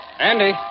Andy